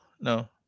no